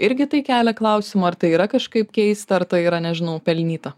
irgi tai kelia klausimų ar tai yra kažkaip keista ar tai yra nežinau pelnyta